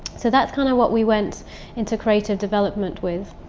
so that's kind of what we went into creative development with.